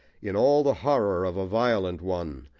in all the horror of a violent one,